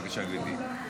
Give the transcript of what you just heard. בבקשה, גברתי.